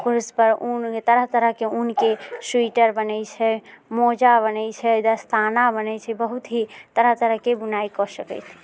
क्रूस पर ऊन से तरह तरहके ऊनके स्वेटर बनैत छै मोजा बनैत छै दस्ताना बनैत छै जे बहुत ही तरह तरहके बुनाइ कऽ सकैत छी